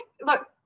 look